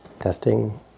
testing